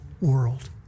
world